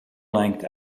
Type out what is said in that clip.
length